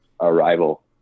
arrival